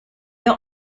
are